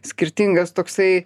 skirtingas toksai